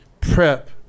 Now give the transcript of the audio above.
prep